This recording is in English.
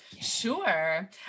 Sure